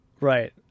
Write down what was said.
Right